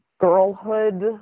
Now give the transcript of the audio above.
girlhood